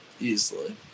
easily